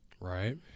Right